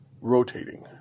rotating